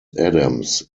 adams